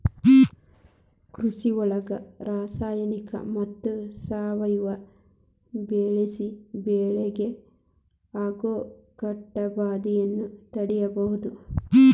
ಕೃಷಿಯೊಳಗ ರಾಸಾಯನಿಕ ಮತ್ತ ಸಾವಯವ ಬಳಿಸಿ ಬೆಳಿಗೆ ಆಗೋ ಕೇಟಭಾದೆಯನ್ನ ತಡೇಬೋದು